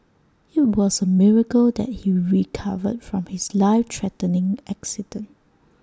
IT was A miracle that he recovered from his life threatening accident